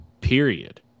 period